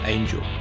Angel